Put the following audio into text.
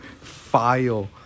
file